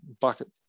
bucket